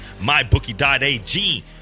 MyBookie.ag